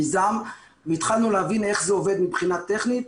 המיזם והתחלנו להבין איך זה עובד מבחינה טכנית,